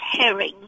herring